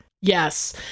Yes